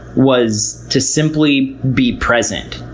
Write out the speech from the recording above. was to simply be present.